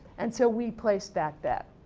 and so, we placed that bet.